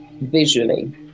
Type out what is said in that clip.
Visually